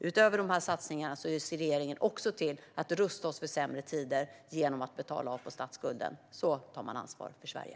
Utöver de här satsningarna ser regeringen också till att rusta oss för sämre tider genom att betala av på statsskulden. Så tar man ansvar för Sverige.